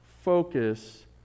focus